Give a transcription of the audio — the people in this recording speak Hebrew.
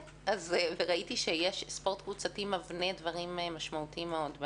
וראיתי שספורט קבוצתי מבנה דברים משמעותיים מאוד,